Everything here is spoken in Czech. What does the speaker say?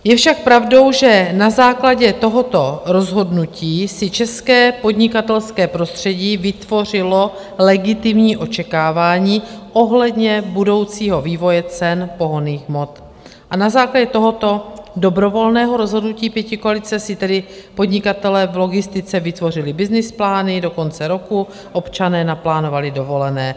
Je však pravdou, že na základě tohoto rozhodnutí si české podnikatelské prostředí vytvořilo legitimní očekávání ohledně budoucího vývoje cen pohonných hmot, a na základě tohoto dobrovolného rozhodnutí pětikoalice si tedy podnikatelé v logistice vytvořili byznys plány do konce roku, občané naplánovali dovolené.